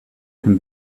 can